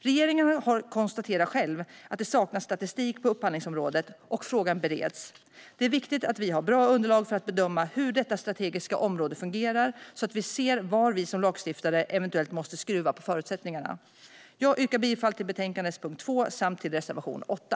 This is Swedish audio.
Regeringen har konstaterat att det saknas statistik på upphandlingsområdet, och frågan bereds. Det är viktigt att vi har bra underlag för att bedöma hur detta strategiska område fungerar så att vi ser var vi som lagstiftare eventuellt måste skruva på förutsättningarna. Jag yrkar bifall till utskottets förslag under punkt 2 samt till reservation 8.